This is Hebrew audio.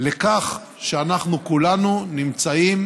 שאנחנו כולנו נמצאים